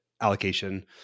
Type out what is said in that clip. allocation